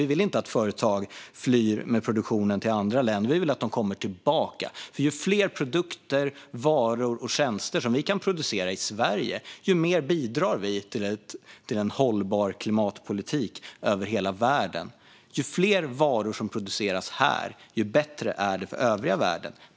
Vi vill inte att företag flyr med produktionen till andra länder; vi vill att de kommer tillbaka. För ju fler varor och tjänster vi kan producera i Sverige, desto mer bidrar vi till en hållbar klimatpolitik över hela världen. Ju fler varor som produceras här, desto bättre är det för övriga världen.